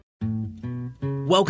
Welcome